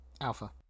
Alpha